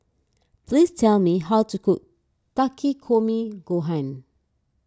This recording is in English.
please tell me how to cook Takikomi Gohan